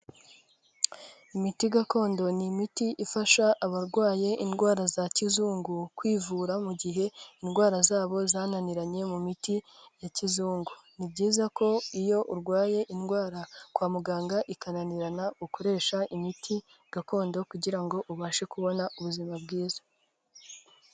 Imiti gakondo ni imiti ifasha abarwaye indwara za kizungu kwivura mu gihe indwara zabo zananiranye mu miti ya kizungu. Ni byiza ko iyo urwaye indwara kwa muganga ikananirana ukoresha imiti gakondo kugira ngo ubashe kubona ubuzima bwiza.